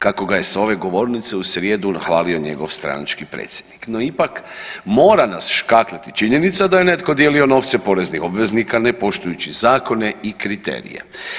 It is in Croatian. Kako ga je sa ove govornice u srijedu hvalio njegov stranački predsjednik, no ipak mora nas škakljati činjenica da je netko dijelio novce poreznih obveznika, ne poštujući zakone i kriterije.